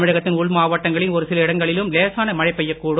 தமிழகத்தின் உள்மாவட்டங்களின் ஒருசில இடங்களிலும் லேசான மழை பெய்யக் கூடும்